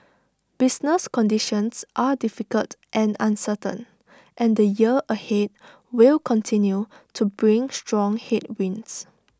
business conditions are difficult and uncertain and the year ahead will continue to bring strong headwinds